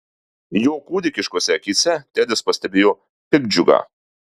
jo kūdikiškose akyse tedis pastebėjo piktdžiugą